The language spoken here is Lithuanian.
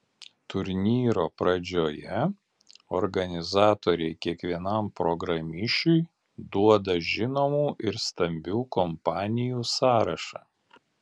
turnyro pradžioje organizatoriai kiekvienam programišiui duoda žinomų ir stambių kompanijų sąrašą